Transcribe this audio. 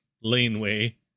laneway